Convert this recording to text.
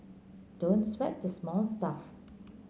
don't sweat the small stuff